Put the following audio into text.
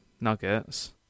nuggets